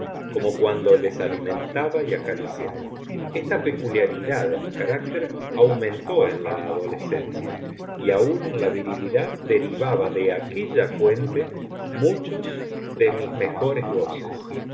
como cuando les alimentaba y acariciaba esta peculiaridad de mi carácter aumentó en la adolescencia y aun en la virilidad derivaba de aquella fuente muchos de mis mejores goces